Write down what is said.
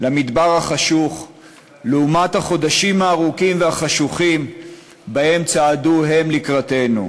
למדבר החשוך לעומת החודשים הארוכים והחשוכים שבהם צעדו הם לקראתנו.